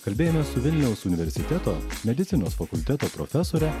kalbėjome su vilniaus universiteto medicinos fakulteto profesore